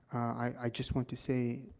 i just want to say,